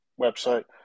website